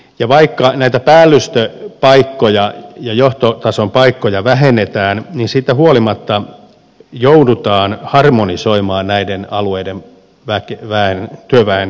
ja vaikka näitä päällystöpaikkoja johtotason paikkoja vähennetään niin siitä huolimatta joudutaan harmonisoimaan näiden alueiden väki väheni työväen